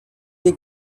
dei